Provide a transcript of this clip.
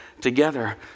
together